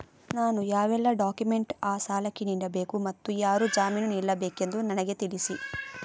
ನಾನು ಯಾವೆಲ್ಲ ಡಾಕ್ಯುಮೆಂಟ್ ಆ ಸಾಲಕ್ಕೆ ನೀಡಬೇಕು ಮತ್ತು ಯಾರು ಜಾಮೀನು ನಿಲ್ಲಬೇಕೆಂದು ನನಗೆ ತಿಳಿಸಿ?